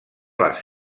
les